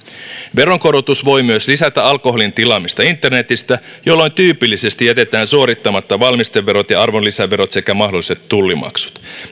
veronkorotus voi myös lisätä alkoholin tilaamista internetistä jolloin tyypillisesti jätetään suorittamatta valmisteverot ja ja arvonlisäverot sekä mahdolliset tullimaksut